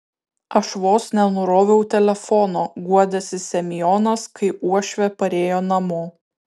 aš vos nenuroviau telefono guodėsi semionas kai uošvė parėjo namo